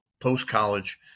post-college